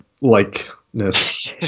likeness